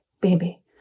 baby